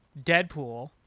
Deadpool